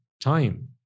time